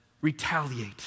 retaliate